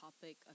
topic